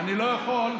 אני לא הסכמתי